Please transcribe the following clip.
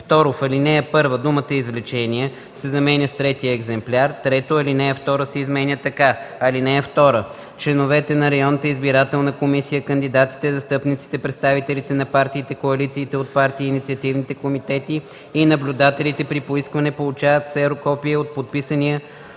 В ал. 1 думата „Извлечение” се заменя с „Третият екземпляр”. 3. Алинея 2 се изменя така: „(2) Членовете на районната избирателна комисия, кандидатите, застъпниците, представителите на партиите, коалициите от партии и инициативните комитети и наблюдателите при поискване получават ксерокопие от подписания